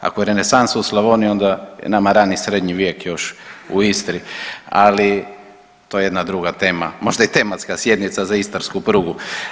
Ako je renesansa u Slavoniji onda je nama rani srednji vijek još u Istri, ali to je jedna druga tema, možda i tematska sjednica za istarsku prugu.